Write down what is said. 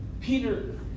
Peter